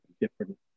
different